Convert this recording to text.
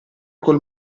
col